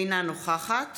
אינה נוכחת